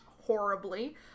horribly